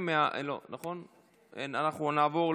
אינה נוכחת,